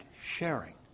Sharing